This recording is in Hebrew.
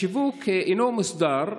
השיווק אינו מוסדר,